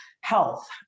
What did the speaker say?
health